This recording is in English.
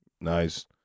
Nice